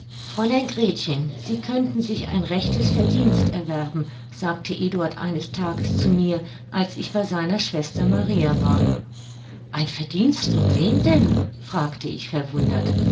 fräulein gretchen sie könnten sich ein rechtes verdienst erwerben sagte eduard eines tages zu mir als ich bei seiner schwester maria war ein verdienst um wen denn fragte ich verwundert